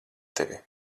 tevi